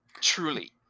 Truly